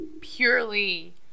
purely